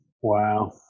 Wow